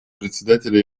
председателя